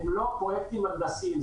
הם לא פרויקטים הנדסיים.